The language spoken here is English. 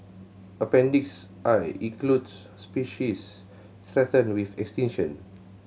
appendix I includes species threatened with extinction